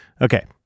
Okay